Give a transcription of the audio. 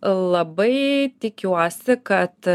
labai tikiuosi kad